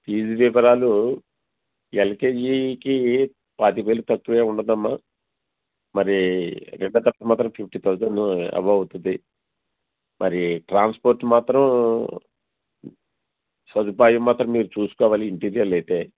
fees వివరాలు ఎల్కేజీకి పాతక వేలు తక్కువ ఏమి ఉండదు అమ్మా మరి రెండవ తరగతికి మాత్రం ఫిఫ్టీ థౌసండ్ అబౌవ్ అవుతుంది మరి ట్రాన్స్పోర్ట్ మాత్రం సదుపాయం మాత్రం మీరు చూసుకోవాలి ఇంటీరియల్ అయితే